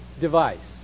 device